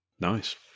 Nice